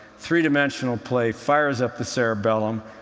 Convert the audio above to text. three-dimensional play fires up the cerebellum,